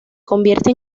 convierte